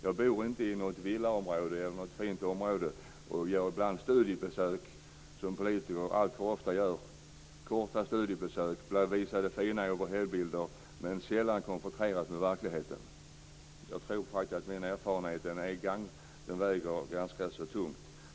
Jag bor inte i något villaområde eller i något fint område, och det är inte så att jag ibland gör studiebesök. Politiker gör alltför ofta korta studiebesök och blir visade fina overheadbilder, men konfronteras sällan med verkligheten. Jag tror faktiskt att min erfarenhet väger ganska så tungt.